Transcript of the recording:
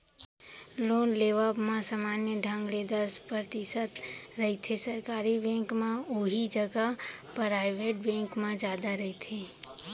loan लेवब म समान्य ढंग ले दस परतिसत रहिथे सरकारी बेंक म उहीं जघा पराइबेट बेंक म जादा रहिथे